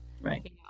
right